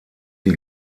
die